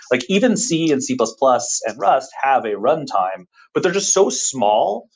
like even c and c plus plus and rust have a runtime, but they're just so small.